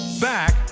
back